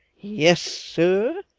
yes, sir,